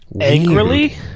Angrily